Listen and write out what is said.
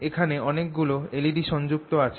এখানে অনেক গুলো এলইডি সংযুক্ত আছে